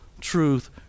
truth